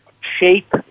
shape